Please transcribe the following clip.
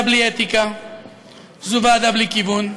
ברשותך משפט אחד.